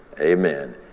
Amen